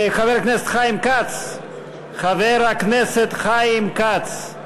חבר הכנסת חיים כץ, חבר הכנסת חיים כץ.